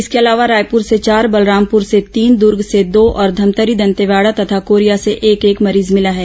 इसके अलावा रायपुर से चार बलरामपुर से तीन दूर्ग से दो और धमतरी दंतेवाड़ा तथा कोरिया से एक एक मरीज मिला है